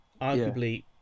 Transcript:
arguably